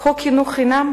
של חוק חינוך חינם,